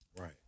Right